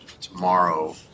tomorrow